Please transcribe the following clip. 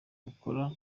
gukora